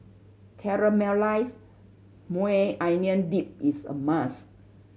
Caramelized Maui Onion Dip is a must try